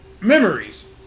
memories